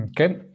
Okay